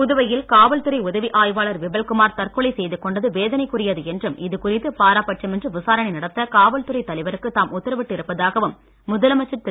புதுவையில் காவல்துறை உதவி ஆய்வாளர் விபல்குமார் தற்கொலை செய்து கொண்டது வேதனைக்குரியது என்றும் இதுகுறித்து பாரப்பட்சமின்றி விசாரணை நடத்த காவல்துறை தலைவருக்கு தாம் உத்தரவிட்டு இருப்பதாகவும் முதலமைச்சர் திரு